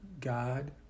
God